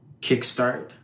kickstart